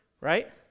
right